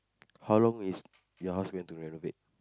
how long is your house going to renovate